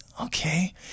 okay